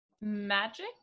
Magic